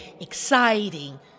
exciting